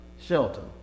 Shelton